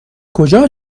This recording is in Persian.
کجا